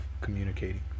communicating